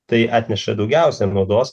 tai atneša daugiausia naudos